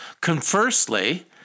Conversely